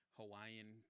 hawaiian